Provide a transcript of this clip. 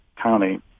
county